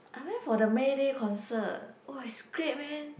I went for the Mayday concert [wah] it's great man